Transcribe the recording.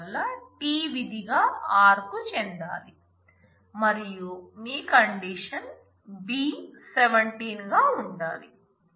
అందువల్ల t విధిగా r కు చెందాలి మరియు మీ కండిషన్ B 17 గా ఉండాలి